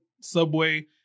Subway